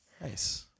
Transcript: nice